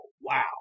wow